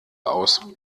aus